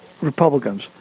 Republicans